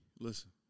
listen